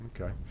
Okay